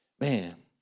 man